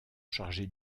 chargé